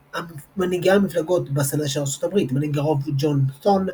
מנהיגי המפלגות בסנאט של ארצות הברית מנהיג הרוב ג'ון ת'ון,